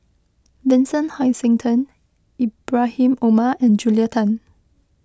Vincent Hoisington Ibrahim Omar and Julia Tan